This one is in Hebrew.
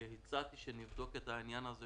הצעתי שנבדוק את העניין של